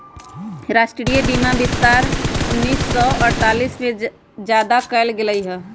राष्ट्रीय बीमा विस्तार उन्नीस सौ अडतालीस में ज्यादा कइल गई लय